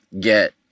get